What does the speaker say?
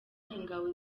ingabo